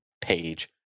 page